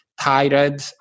tired